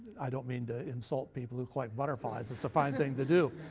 i don't mean to insult people who collect butterflies, it's a fine thing to do.